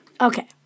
Okay